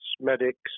medics